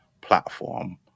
platform